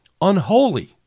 Unholy